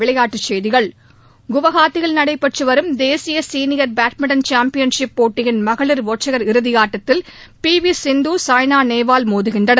விளையாட்டுச் செய்திகள் குவஹாத்தியில் நடைபெற்றுவரும் தேசிய சீனியர் பேட்மிண்ட்டன் சாம்பியன்ஷிப் போட்டியின் மகளிர் ஒற்றையர் இறுதியாட்டத்தில் பி வி சிந்து சாய்னா நேவால் மோதுகின்றனர்